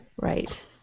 Right